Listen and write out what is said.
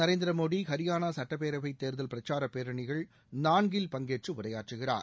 நரேந்திர மோடி ஹரியானா சட்டப்பேரவை தேர்தல் பிரச்சாரப் பேரணிகள் நான்கில் பங்கேற்று உரையாற்றுகிறார்